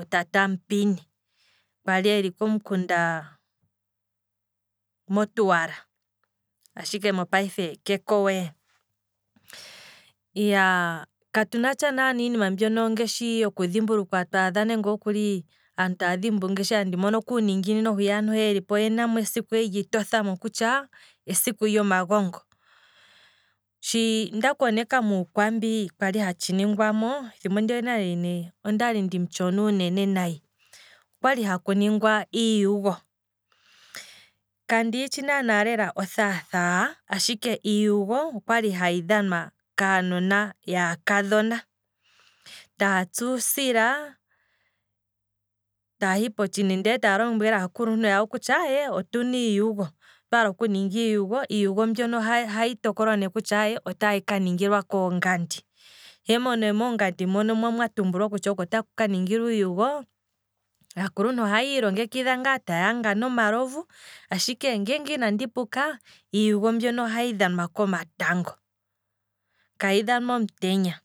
otate amupini, kwali eli komukunda motuwala ashike mo payife keko we, katuna tsha lela iinima mbyono twaadha nenge okuli aantu taa dhimbulukwa ngaashi handi mono kuuninginino hwiya aantu yena esiku yeli to thamo kutya, esiku lyomagongo, shi nda koneka muukwambi kwali hatshi ningwamo, ethimbo ndiya okwali ndimutshona uunene, okwali haku dhimbulukwa iiyugo, kandi yitshi naana lela othaathaa, ashike iiyugo okwali hayi dhanwa kaanona yaakadhona, taahi potshini ndele taya lombwele aakuluntu yawo kutya otuna iiyugo, aye otuna iiyugo ndele ohayi tokolwa ne kutya otayi ka ningilwa koongandi, mo ne moongandi mono mwa tumbulwa kutya otamu ka ningilwa iiyugo, aakuluntu ohaya ilongekidha ne taya hanga nomalovu, ashike ngeenge inandi puka, iiyugo mbyono ohayi dhanwa komatango, kayi dhanwa omutenya